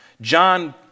John